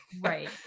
Right